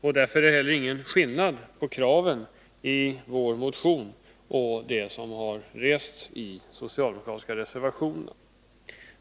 Det är därför inte någon skillnad på kraven i vår motion och de krav som har rests i de socialdemokratiska reservationerna.